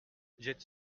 jette